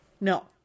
No